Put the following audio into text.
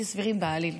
בלתי סבירים בעליל.